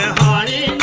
party